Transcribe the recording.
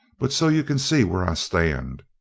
but so you can see where i stand.